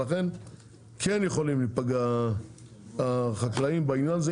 ולכן כן יכולים להיפגע החקלאים בעניין הזה.